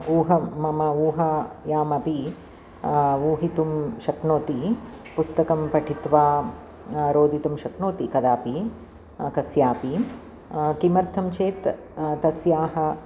ऊहम् मम ऊहायामपि ऊहितुं शक्नोति पुस्तकं पठित्वा रोदितुं शक्नोति कदापि कस्यापि किमर्थं चेत् तस्याः